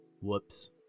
whoops